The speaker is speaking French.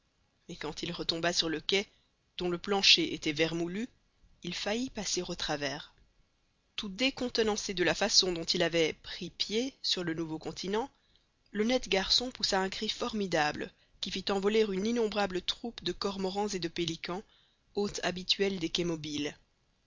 mais quand il retomba sur le quai dont le plancher était vermoulu il faillit passer au travers tout décontenancé de la façon dont il avait pris pied sur le nouveau continent l'honnête garçon poussa un cri formidable qui fit envoler une innombrable troupe de cormorans et de pélicans hôtes habituels des quais mobiles